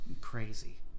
crazy